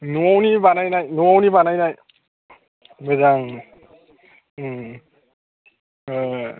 न'नि बानायनाय न'नि बानायनाय मोजां